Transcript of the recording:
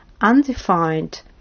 undefined